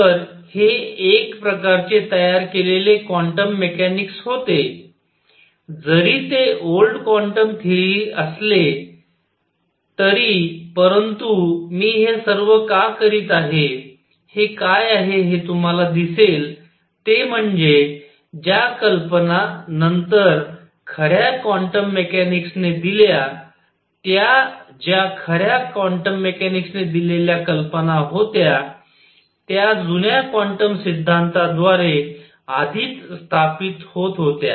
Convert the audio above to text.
तर हे एक प्रकारचे तयार केलेले क्वांटम मेकॅनिक्स होते जरी ते ओल्ड क्वान्टम थेअरी असे असले तरी परंतु मी हे सर्व का करीत आहे हे काय आहे हे तुम्हाला दिसेल ते म्हणजे ज्या कल्पना नंतर खऱ्या क्वांटम मेकॅनिक्सने दिल्या त्या ज्या खऱ्या क्वांटम मेकॅनिक्सने दिलेल्या कल्पना होत्या त्या जुन्या क्वांटम सिद्धांताद्वारे आधीच स्थापित होत होत्या